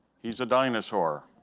he's a dinosaur.